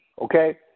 okay